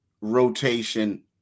rotation